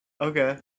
Okay